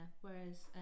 whereas